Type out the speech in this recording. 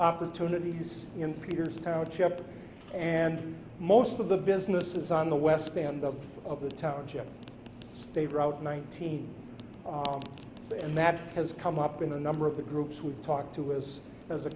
opportunities in peters township and most of the business is on the west band of the township state route nineteen and that has come up in a number of the groups who talk to us as a